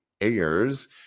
Ayers